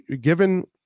given